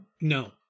no